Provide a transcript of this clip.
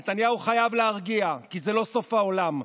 נתניהו חייב להרגיע, כי זה לא סוף העולם.